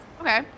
Okay